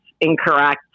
incorrect